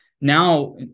now